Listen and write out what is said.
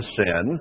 sin